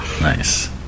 Nice